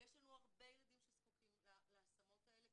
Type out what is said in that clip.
ויש לנו הרבה ילדים שזקוקים להשמות האלה,